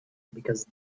because